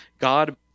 God